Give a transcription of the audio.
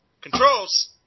controls